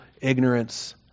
ignorance